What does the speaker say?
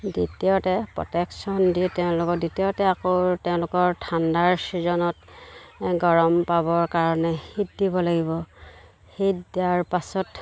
দ্বিতীয়তে প্ৰটেকশ্যন দি তেওঁলোকৰ দ্বিতীয়তে আকৌ তেওঁলোকৰ ঠাণ্ডাৰ ছিজনত গৰম পাবৰ কাৰণে শীত দিব লাগিব শীত দিয়াৰ পাছত